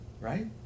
right